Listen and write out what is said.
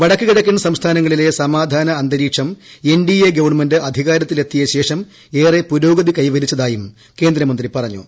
വടക്കു കിഴക്കൻ സംസ്ഥാനങ്ങളിലെ സമാധാന അന്തരീക്ഷം എൻഡിഎ ഗവൺമെന്റ് അധികാരത്തിലെത്തിയ ശേഷം ഏറെ പുരോഗതി കൈവരിച്ചതായും കേന്ദ്രമന്ത്രി പറഞ്ഞു